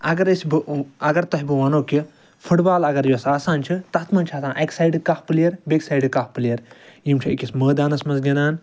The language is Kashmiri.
اگر أسۍ بہٕ اگر تۄہہِ بہٕ وَنو کہِ فُٹبال اگر یۄس آسان چھِ تتھ منٛز چھِ آسان اکہِ سایڈٕ کاہ پٕلیر بیٚیہِ سایڈٕ کاہ پٕلیر یِم چھِ أکِس مٲدانس منٛز گِنٛدان